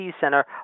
Center